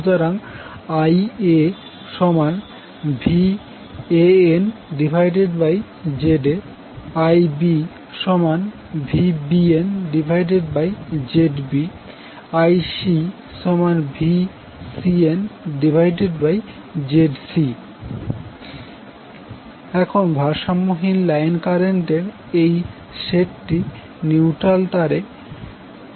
সুতরাং IaVANZA IbVBNZB IcVCNZC এখন ভারসাম্যহীন লাইন কারেন্টের এই সেটটি নিউট্রাল তারে মধ্যে কারেন্ট উৎপন্ন করবে